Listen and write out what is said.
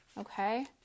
okay